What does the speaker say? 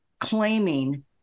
claiming